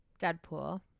Deadpool